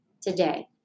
today